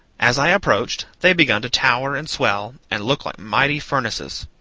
as i approached, they begun to tower and swell and look like mighty furnaces.